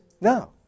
no